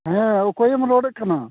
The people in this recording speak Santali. ᱦᱮᱸ ᱚᱠᱚᱭᱮᱢ ᱨᱚᱲᱮᱫ ᱠᱟᱱᱟ